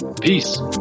Peace